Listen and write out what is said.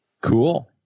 Cool